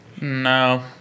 No